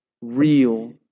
real